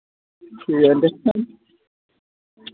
ठीक ऐ